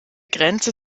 grenze